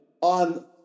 on